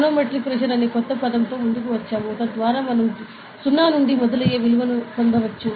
manometric pressure అనే కొత్త పదంతో ముందుకు వచ్చాము తద్వారా మనం 0 నుండి మొదలయ్యే విలువను పొందవచ్చు